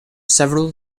several